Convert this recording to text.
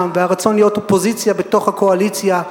והרצון להיות אופוזיציה בתוך הקואליציה,